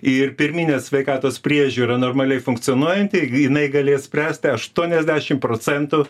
ir pirminė sveikatos priežiūra normaliai funkcionuojanti jinai galės spręsti aštuoniasdešimt procentų